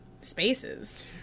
spaces